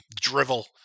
drivel